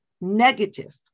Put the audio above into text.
negative